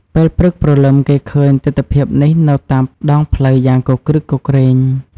ពេលព្រឹកព្រលឹមគេឃើញទិដ្ឋភាពនេះនៅតាមដងផ្លូវយ៉ាងគគ្រឹកគគ្រេង។